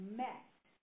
met